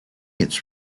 its